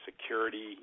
security